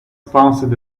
pounced